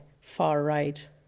far-right